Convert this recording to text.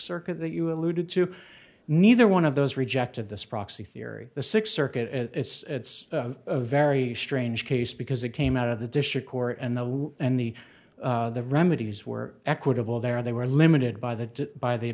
circuit that you alluded to neither one of those rejected this proxy theory the sixth circuit and it's a very strange case because it came out of the district court and the and the remedies were equitable there they were limited by the by the